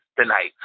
tonight